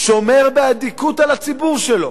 שומר באדיקות על הציבור שלו,